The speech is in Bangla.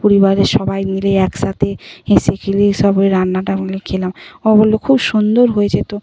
পরিবারের সবাই মিলে একসাথে হেসে খেলে এই সবে রান্নাটা আমরা খেলাম ও বলল খুব সুন্দর হয়েছে তো